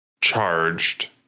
charged